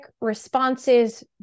responses